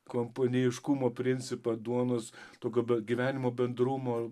kompaniškumo principą duonos tokio gyvenimo bendrumo